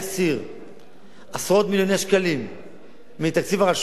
עשרות מיליוני שקלים מתקציב הרשויות,